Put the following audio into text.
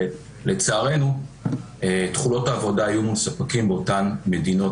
ולצערנו תכולות העבודה יהיו מול ספקים באותן מדינות